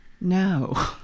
No